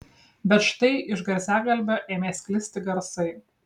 bet štai iš garsiakalbio ėmė sklisti garsai